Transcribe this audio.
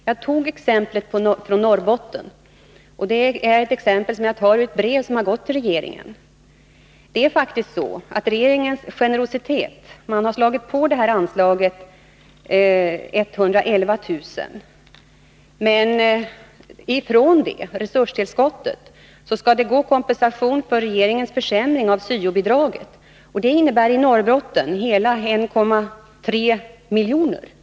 Jag tog ett exempel från Norrbotten, ur ett brev till regeringen. Regeringens generositet innebär att man har ökat anslaget med 111 000 kr. Men från detta resurstillskott skall man dra av kompensationen för regeringens försämring av syo-bidraget, vilket för Norrbottens del betyder hela 1,3 milj.kr.